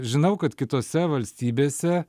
žinau kad kitose valstybėse